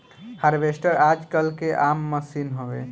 harvester आजकल के आम मसीन हवे